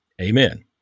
Amen